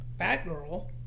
Batgirl